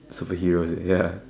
superhero ya